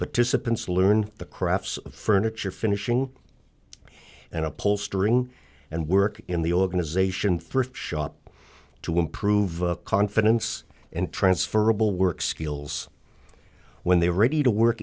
saloon the crafts furniture finishing and upholstering and work in the organization thrift shop to improve confidence and transferable work skills when they were ready to work